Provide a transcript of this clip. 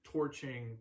Torching